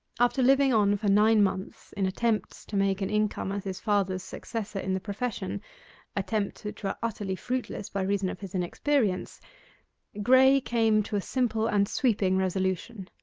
after living on for nine months in attempts to make an income as his father's successor in the profession attempts which were utterly fruitless by reason of his inexperience graye came to a simple and sweeping resolution.